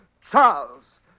Charles